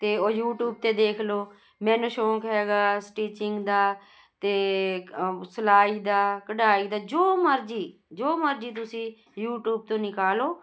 ਅਤੇ ਉਹ ਯੂਟੀਊਬ 'ਤੇ ਦੇਖ ਲਓ ਮੈਨੂੰ ਸ਼ੌਕ ਹੈਗਾ ਸਟਿਚਿੰਗ ਦਾ ਅਤੇ ਸਿਲਾਈ ਦਾ ਕਢਾਈ ਦਾ ਜੋ ਮਰਜ਼ੀ ਜੋ ਮਰਜ਼ੀ ਤੁਸੀਂ ਯੂਟੀਊਬ ਤੋਂ ਨਿਕਾਲੋ